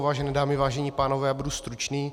Vážené dámy, vážení pánové, já budu stručný.